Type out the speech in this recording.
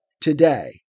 today